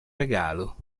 regalo